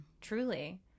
Truly